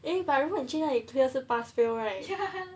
eh but 如果你去那里 clear 是 pass fail right